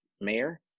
mayor